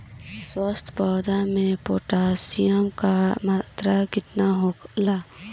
स्वस्थ पौधा मे पोटासियम कि मात्रा कितना होला?